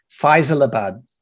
Faisalabad